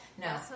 no